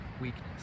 weakness